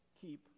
keep